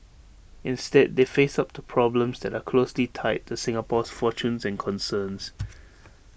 instead they face up to problems that are closely tied to Singapore's fortunes and concerns